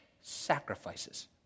sacrifices